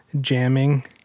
jamming